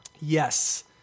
Yes